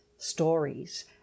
stories